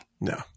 No